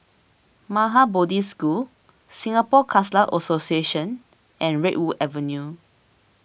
Maha Bodhi School Singapore Khalsa Association and Redwood Avenue